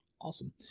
Awesome